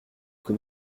que